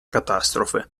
catastrofe